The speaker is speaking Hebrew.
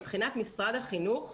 מבחינת משרד החינוך,